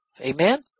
Amen